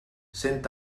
cent